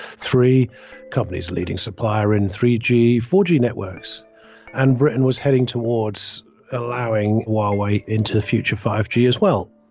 three companies leading supplier in three g four g networks and britain was heading towards allowing why-why into the future five g as well.